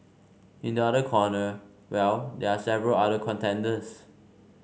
in the other corner well they are several other contenders